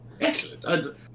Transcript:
Excellent